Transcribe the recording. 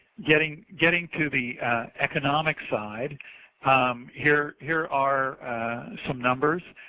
getting getting to the economic side um here here are some numbers.